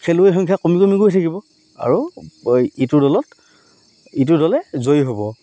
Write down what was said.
খেলুৱৈ সংখ্যা কমি কমি কৈ থাকিব আৰু ইটোৰ দলত ইটোৰ দলে জয়ী হ'ব